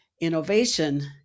innovation